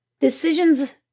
Decisions